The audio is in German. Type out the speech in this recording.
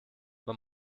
man